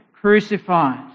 crucified